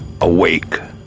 awake